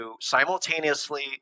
simultaneously